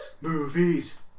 Movies